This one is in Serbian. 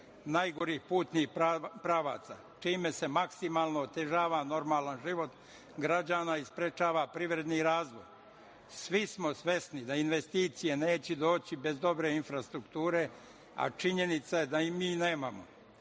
najgorih putnih pravaca, čime se maksimalno otežava normalan život građana i sprečava privredni razvoj. Svi smo svesni da investicije neće doći bez dobre infrastrukture, a činjenica je da je mi nemamo.